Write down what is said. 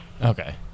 Okay